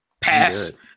Pass